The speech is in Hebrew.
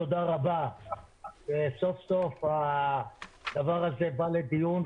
תורה רבה שסוף-סוף הדבר הזה בא לדיון,